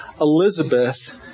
Elizabeth